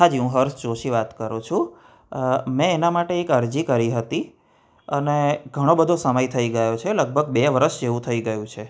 હા જી હું હર્ષ જોશી વાત કરું છું મેં એના માટે એક અરજી કરી હતી અને ઘણો બધો સમય થઈ ગયો છે લગભગ બે વર્ષ જેવું થઈ ગયું છે